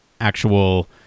actual